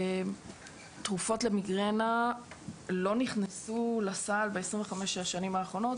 תרופות למיגרנה לא נכנסנו לסל ב-25-26 שנים האחרונות,